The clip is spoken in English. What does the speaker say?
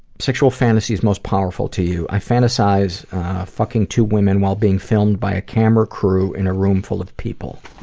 sexual fantasies most powerful to you? i fantasize fucking two women while being filmed by a camera crew in a roomful of people.